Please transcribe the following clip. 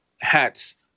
hats